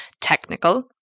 technical